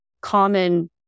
common